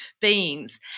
beings